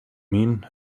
mean